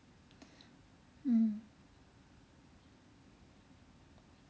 mm